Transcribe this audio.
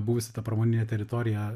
buvusi ta pramoninė teritorija